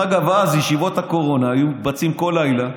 ישיבות הקורונה אז היו מתבצעות כל לילה,